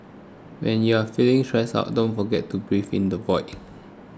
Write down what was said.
when you are feeling stressed out don't forget to breathe into the void